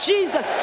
Jesus